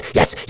Yes